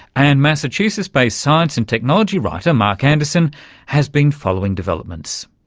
and massachusetts-based science and technology writer mark anderson has been following developments.